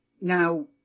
Now